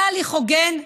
זה הליך הוגן?